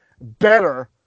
better